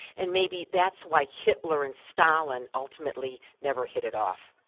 and maybe that's why hitler and stalin ultimately never hit it off,